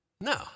No